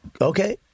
Okay